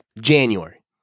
January